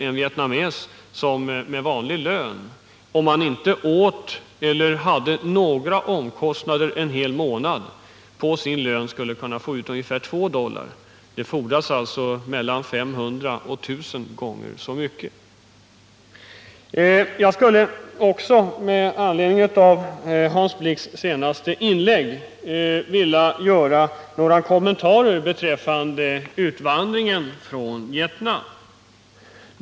En vietnames, om han inte äter eller har några omkostnader på en hel månad, skulle på vanlig lön kunna växla till sig ungefär 2 dollar. Men det fordras mellan 500 och 1 000 gånger så mycket för en båtplats. Med anledning av Hans Blix senaste inlägg skulle jag vilja göra några kommentarer beträffande utvandringen från Vietnam.